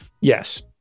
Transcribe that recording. yes